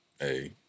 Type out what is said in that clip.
hey